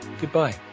goodbye